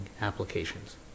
applications